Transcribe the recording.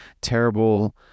Terrible